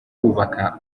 kubaka